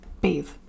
Bathe